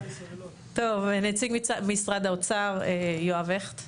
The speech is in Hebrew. טוב, נציג משרד האוצר, יואב הכט.